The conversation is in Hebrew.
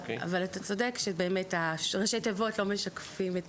אבל אתה צודק שראשי התיבות באמת לא משקפים את